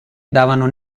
davano